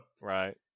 right